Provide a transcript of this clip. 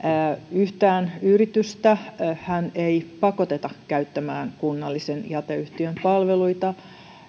yhtään yritystähän ei pakoteta käyttämään kunnallisen jäteyhtiön palveluita